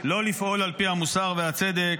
לא לפעול על פי המוסר והצדק.